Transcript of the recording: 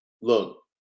look